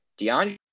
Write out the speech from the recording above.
deandre